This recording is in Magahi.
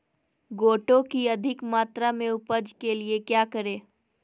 गोटो की अधिक मात्रा में उपज के लिए क्या करें?